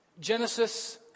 Genesis